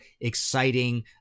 exciting